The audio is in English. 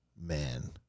man